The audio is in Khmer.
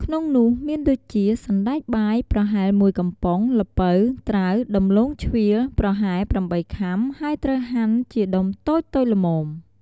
ក្នុងនោះមានដូចជា សណ្ដែកបាយ ប្រហែល ១ កំប៉ុង, ល្ពៅ ត្រាវ ដំឡូងជ្វា ប្រហែល ៨ ខាំ ហើយត្រូវហាន់ជាដុំតូចៗល្មម។